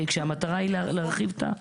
שאני רואה אותה כאן בזום,